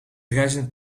reisden